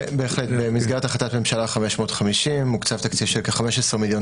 במסגרת החלטת ממשלה 550 הוקצה תקציב של כ-15 מיליון